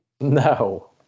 No